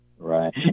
right